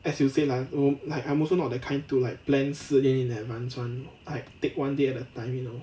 as you say like oh like I'm also not that kind to like plan 十年 in advance [one] I take one day at a time you know